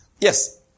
Yes